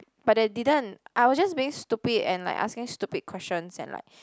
but they didn't I was just being stupid and like asking stupid questions and like